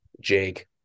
Jake